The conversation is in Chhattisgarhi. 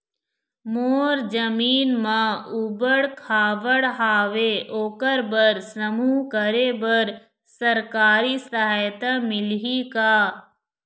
मोर जमीन म ऊबड़ खाबड़ हावे ओकर बर समूह करे बर सरकारी सहायता मिलही का?